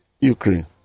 Ukraine